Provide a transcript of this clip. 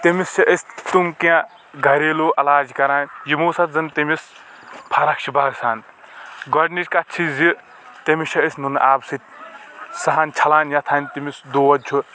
تٔمِس چھ أسۍ تِم کیٚنٛہہ گریلو اعلاج کران یِمو سۭتۍ زن تٔمِس فرق چھ باسان گۄڈٕنِچ کتھ چھ زِ تٔمِس چھ أسۍ نُنہٕ آبہٕ سۭتۍ سۄ ہن چھلان یتھ ہنہِ تٔمِس دود چھُ